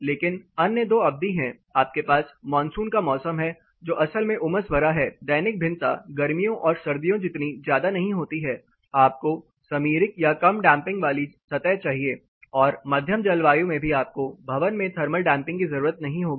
लेकिन अन्य दो अवधि हैं आपके पास मानसून का मौसम है जो असल में उमस भरा है दैनिक भिन्नता गर्मियों और सर्दियों जितनी ज्यादा नहीं होती है आपको समीरिक या कम डैंपिंग वाली सतह चाहिए और मध्यम जलवायु में भी आपको भवन में थर्मल डैंपिंग की जरूरत नहीं होगी